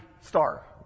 star